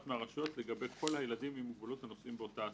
מהרשויות לגבי כל הילדים עם מוגבלות הנוסעים באותה הסעה,